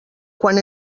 quan